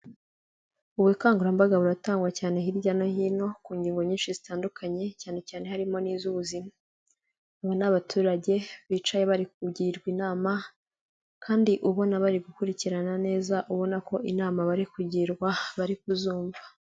Ubukangurambaga buratangwa cyane hirya no hino, ku ngingo nyinshi zitandukanye, cyane cyane harimo n'iz'ubuzima. Aba ni abaturage bicaye bari kugirwa inama, kandi ubona bari gukurikirana neza, ubona ko inama bari kugirwa, bari kuzumva.